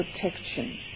protection